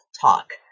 talk